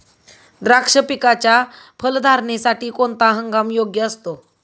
द्राक्ष पिकाच्या फलधारणेसाठी कोणता हंगाम योग्य असतो?